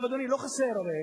אדוני, הרי